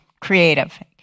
creative